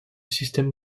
système